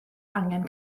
angen